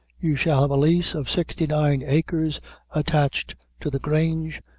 you shall have a lease of sixty-nine acres attached to the grange,